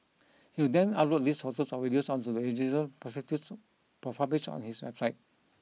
he would then upload these photos or videos onto the individual prostitute's profile page on his website